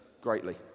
greatly